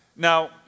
Now